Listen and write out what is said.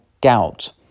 gout